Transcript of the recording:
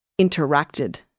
interacted